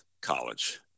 college